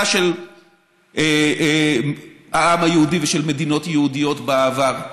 של העם היהודי ושל מדינות יהודיות בעבר.